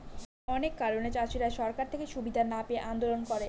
অনেক কারণে চাষীরা সরকার থেকে সুবিধা না পেয়ে আন্দোলন করে